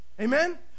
Amen